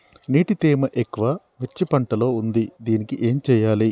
నీటి తేమ ఎక్కువ మిర్చి పంట లో ఉంది దీనికి ఏం చేయాలి?